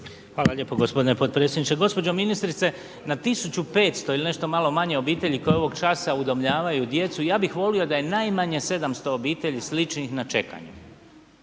Hvala lijepo gospodine potpredsjedniče. Gospođo ministrice, na 1.500 ili nešto malo manje obitelji koje ovog časa udomljavaju djecu, ja bih volio da je najmanje 700 obitelji sličnih na čekanju.